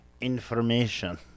Information